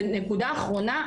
נקודה אחרונה,